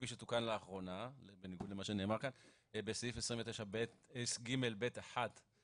כפי שתוקן לאחרונה בניגוד למה שנאמר כאן,